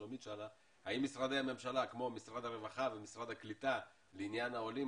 האם משרדי הממשלה כמו משרד הרווחה ומשרד הקליטה לעניין העולים,